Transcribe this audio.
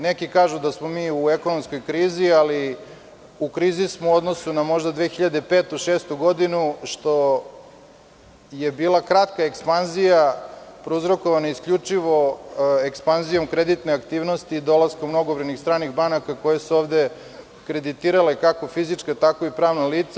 Neki kažu da smo mi u ekonomskoj krizi, ali u krizi smo u odnosu na možda 2005, 2006. godinu, što je bila kratka ekspanzija prouzrokovana isključivo ekspanzijom kreditne aktivnosti i dolaskom mnogobrojnih stranih banaka koje su ovde kreditirale kako fizička, tako i pravna lica.